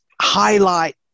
highlight